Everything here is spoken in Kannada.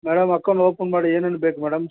ಮೇಡಮ್ ಅಕೌಂಟ್ ಓಪನ್ ಮಾಡಿ ಏನೇನು ಬೇಕು ಮೇಡಮ್